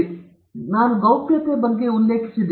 ಆದ್ದರಿಂದ ನಾನು ಗೌಪ್ಯತೆ ಬಗ್ಗೆ ಉಲ್ಲೇಖಿಸಿದೆ